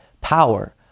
power